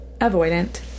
avoidant